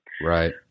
Right